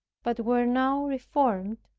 but were now reformed,